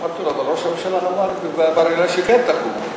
אמרתי לו: ראש הממשלה אמר בבר-אילן שכן תקום,